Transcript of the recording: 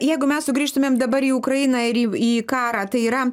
jeigu mes sugrįžtumėm dabar į ukrainą ir į į karą tai yra